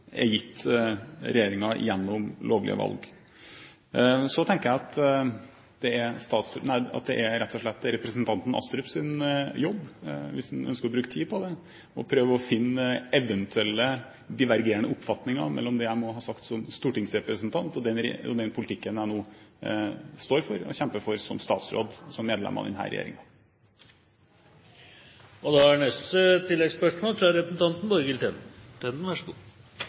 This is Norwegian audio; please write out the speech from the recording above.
gitt regjeringen gjennom lovlige valg. Så tenker jeg at det rett og slett er representanten Astrups jobb – hvis han ønsker å bruke tid på det – å prøve å finne eventuelle divergerende oppfatninger mellom det jeg må ha sagt som stortingsrepresentant, og den politikken jeg nå står for og kjemper for som statsråd, som medlem av